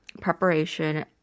preparation